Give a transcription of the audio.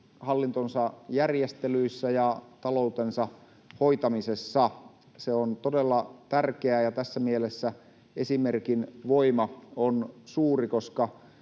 hallintonsa järjestelyissä ja taloutensa hoitamisessa. Se on todella tärkeää, ja tässä mielessä esimerkin voima on suuri,